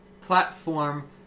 platform